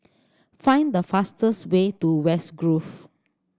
find the fastest way to West Grove